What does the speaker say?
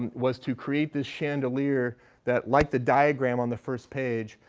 and was to create the chandelier that, like the diagram on the first page,